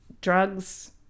drugs